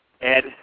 Ed